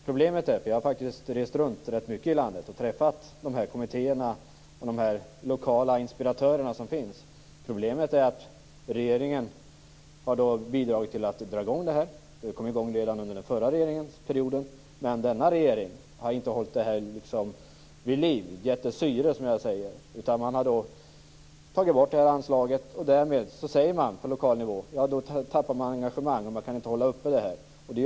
Vi har faktiskt rest runt rätt mycket i landet och träffat kommittéerna och de lokala inspiratörerna. Regeringen har bidragit till att dra i gång detta arbete, och en del kom även i gång redan under den förra regeringsperioden. Problemet är att den nuvarande regeringen inte har hållit verksamheten vid liv - inte givit den syre, som jag kallar det - utan har dragit in anslaget. Man tappar då engagemanget på lokal nivå och kan inte hålla verksamheten i gång.